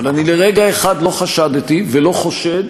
אבל אני לרגע אחד לא חשדתי ולא חושד